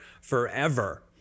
forever